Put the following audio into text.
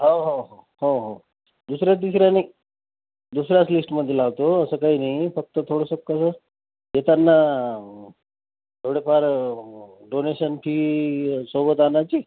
हो हो हो हो हो दुसऱ्या तिसऱ्या नाही दुसऱ्याच लिस्टमध्ये लावतो असं काही नाही फक्त थोडंसं कसं येताना थोडे फार डोनेशन फी सोबत आणायची